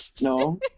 No